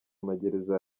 amagereza